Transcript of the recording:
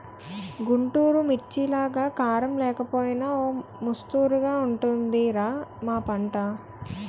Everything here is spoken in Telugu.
గుంటూరు మిర్చిలాగా కారం లేకపోయినా ఓ మొస్తరుగా ఉంటది రా మా పంట